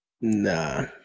Nah